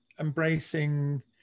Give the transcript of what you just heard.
embracing